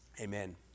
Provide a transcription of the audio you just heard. Amen